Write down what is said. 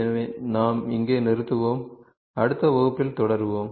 எனவே நாம் இங்கே நிறுத்துவோம் அடுத்த வகுப்பில் தொடருவோம்